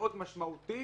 העליון